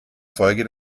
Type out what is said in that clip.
folge